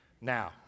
Now